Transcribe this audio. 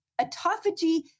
Autophagy